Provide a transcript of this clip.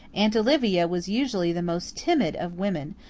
aunt olivia was usually the most timid of women,